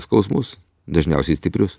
skausmus dažniausiai stiprius